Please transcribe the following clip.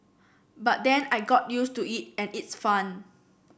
but then I got used to it and its fun